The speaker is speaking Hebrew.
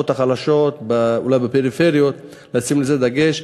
בשכבות החלשות, אולי בפריפריות, לשים את הדגש.